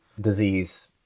disease